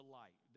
light